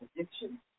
addiction